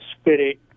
spirit